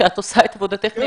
שאת עושה את עבודתך נאמנה.